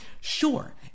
Sure